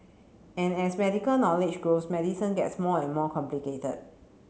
and as medical knowledge grows medicine gets more and more complicated